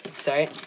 Sorry